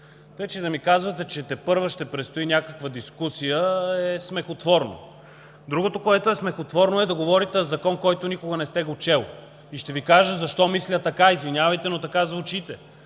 Така че да ми казвате, че тепърва ще предстои някаква дискусия е смехотворно. Другото, което е смехотворно, е да говорите за Закон, който никога не сте чел, и ще Ви кажа защо мисля така. Извинявайте, но така звучите.